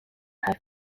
have